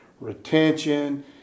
retention